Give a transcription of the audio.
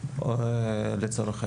לצורך העניין.